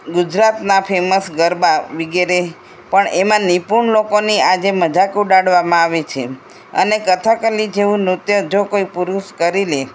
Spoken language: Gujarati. ગુજરાતના ફેમસ ગરબા વગેરે પણ એમાં નિપૂણ લોકોની આજે મજાક ઉડાડવામાં આવે છે અને કથકલી જેવું નૃત્ય જો કોઈ પુરુષ કરી લે